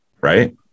right